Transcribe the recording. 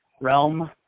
realm